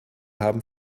haben